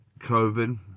COVID